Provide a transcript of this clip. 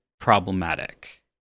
problematic